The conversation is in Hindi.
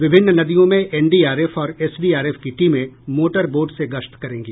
विभिन्न नदियों में एनडीआरएफ और एसडीआरएफ की टीमें मोटर बोट से गश्त करेंगी